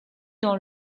dans